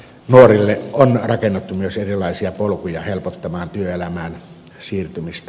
nuorille on rakennettu myös erilaisia polkuja helpottamaan työelämään siirtymistä